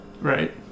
Right